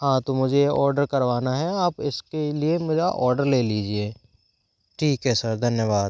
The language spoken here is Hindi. हाँ तो मुझे ओर्डर करवाना है आप इस के लिए मेरा आर्डर ले लीजिए ठीक है सर धन्यवाद